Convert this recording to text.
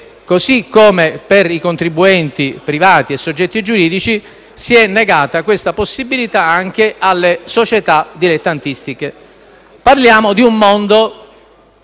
come per i contribuenti privati e i soggetti giuridici, si è negata questa possibilità anche alle società sportive dilettantistiche. Parliamo di un mondo